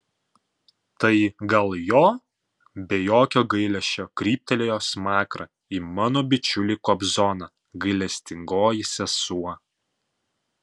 tai gal jo be jokio gailesčio kryptelėjo smakrą į mano bičiulį kobzoną gailestingoji sesuo